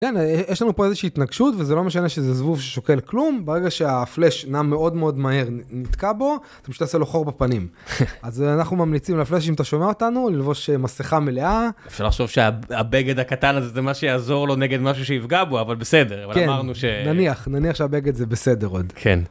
יש לנו פה איזושהי התנגשות וזה לא משנה שזה זבוב ששוקל כלום ברגע שהפלאש נע מאוד מאוד מהר נתקע בו, אתה פשוט עושה לו חור בפנים אז אנחנו ממליצים להפלאש אם אתה שומע אותנו ללבוש מסכה מלאה. אפשר לחשוב שהבגד הקטן הזה זה מה שיעזור לו נגד משהו שיפגע בו אבל בסדר אמרנו שנניח שנניח שהבגד זה בסדר עוד.